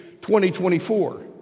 2024